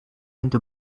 into